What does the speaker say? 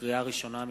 לקריאה ראשונה,